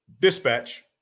dispatch